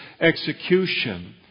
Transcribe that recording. execution